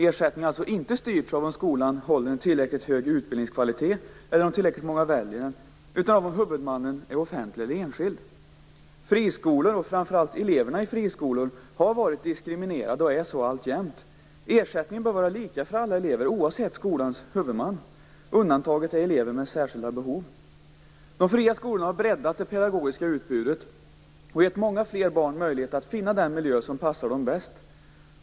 Ersättningen har alltså inte styrts av om skolorna håller tillräckligt hög utbildningskvalitet eller av om tillräckligt många väljer dem, utan av om huvudmannen är offentlig eller enskild. Friskolor och framför allt eleverna i friskolor har varit diskriminerade och är så alltjämt. Ersättningen bör vara lika för alla elever oavsett skolans huvudman. Undantaget är elever med särskilda behov. De fria skolorna har breddat det pedagogiska utbudet och gett många fler barn möjlighet att finna den miljö som passar dem bäst.